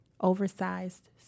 oversized